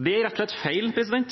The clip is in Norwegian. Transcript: Det er rett og slett feil: